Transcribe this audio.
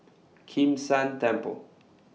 Kim San Temple